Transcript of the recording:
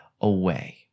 away